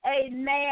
Amen